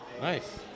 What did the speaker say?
Nice